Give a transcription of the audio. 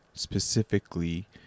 specifically